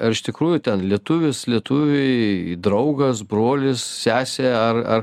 ar iš tikrųjų ten lietuvis lietuviui draugas brolis sesė ar ar